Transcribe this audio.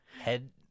Head